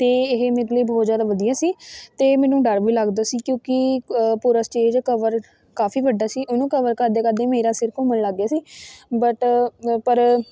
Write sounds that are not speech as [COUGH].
ਅਤੇ ਮਤਲਬ ਬਹੁਤ ਜ਼ਿਆਦਾ ਵਧੀਆ ਸੀ ਅਤੇ ਮੈਨੂੰ ਡਰ ਵੀ ਲੱਗਦਾ ਸੀ ਕਿਉਂਕਿ ਪੂਰਾ ਸਟੇਜ ਕਵਰ ਕਾਫੀ ਵੱਡਾ ਸੀ ਉਹਨੂੰ ਕਵਰ ਕਰਦੇ ਕਰਦੇ ਮੇਰਾ ਸਿਰ ਘੁੰਮਣ ਲੱਗ ਗਿਆ ਸੀ ਬਟ [UNINTELLIGIBLE] ਪਰ